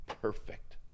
perfect